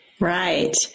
Right